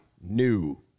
new